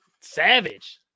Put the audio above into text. savage